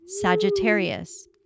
Sagittarius